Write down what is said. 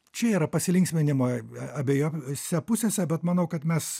čia yra pasilinksminimo abiejose pusėse bet manau kad mes